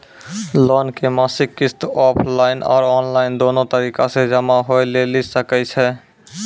Loan के मासिक किस्त ऑफलाइन और ऑनलाइन दोनो तरीका से जमा होय लेली सकै छै?